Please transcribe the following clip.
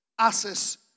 haces